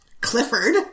Clifford